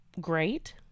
great